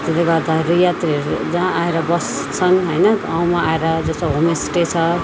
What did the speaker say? त्यसले गर्दाखेरि यात्रुहरू जहाँ आएर बस्छन् होइन गाउँमा आएर जस्तो होमस्टे छ